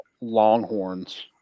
Longhorns